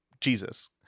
Jesus